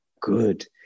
good